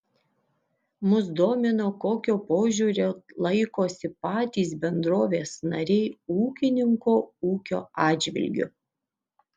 mus domino kokio požiūrio laikosi patys bendrovės nariai ūkininko ūkio atžvilgiu